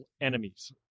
enemies